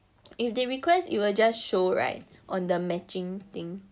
if they request it will just show [right] on the matching thing